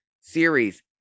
series